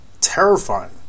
terrifying